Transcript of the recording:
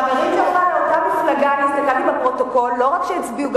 חברים שלך מאותה מפלגה לא רק שהצביעו,